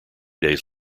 days